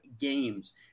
games